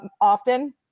often